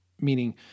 Meaning